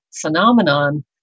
phenomenon